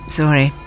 sorry